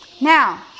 now